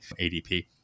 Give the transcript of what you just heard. ADP